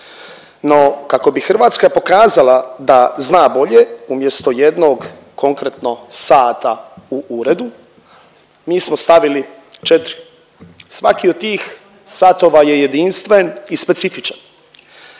No, kako bi Hrvatska pokazala da zna bolje umjesto jednog konkretno sata u uredu, mi smo stavili 4. Svaki od tih satova je jedinstven i specifičan.